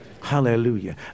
Hallelujah